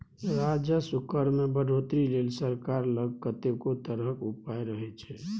राजस्व कर मे बढ़ौतरी लेल सरकार लग कतेको तरहक उपाय रहय छै